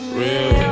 real